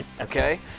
Okay